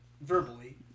verbally